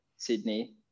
Sydney